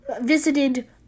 visited